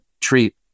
treat